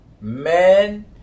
man